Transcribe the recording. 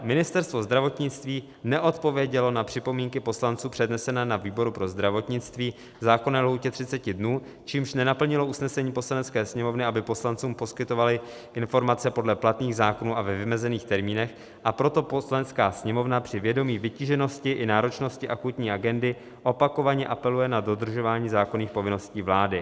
Ministerstvo zdravotnictví neodpovědělo na připomínky poslanců přednesené na výboru pro zdravotnictví v zákonné lhůtě 30 dnů, čímž nenaplnilo usnesení Poslanecké sněmovny, aby poslancům poskytovali informace podle platných zákonů a ve vymezených termínech, a proto Poslanecká sněmovna při vědomí vytíženosti i náročnosti akutní agendy opakovaně apeluje na dodržování zákonných povinností vlády;